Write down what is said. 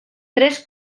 tres